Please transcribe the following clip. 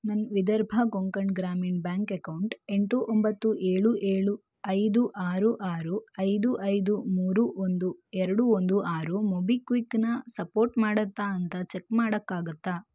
ನನ್ನ Vidarbha Konkan Gramin bank account ಎಂಟು ಒಂಬತ್ತು ಏಳು ಏಳು ಐದು ಆರು ಆರು ಐದು ಐದು ಮೂರು ಒಂದು ಎರಡು ಒಂದು ಆರು ಮೊಬಿಕ್ವಿಕ್ಕನ್ನ ಸಪೋರ್ಟ್ ಮಾಡತ್ತಾ ಅಂತ ಚೆಕ್ ಮಾಡೋಕ್ಕಾಗತ್ತಾ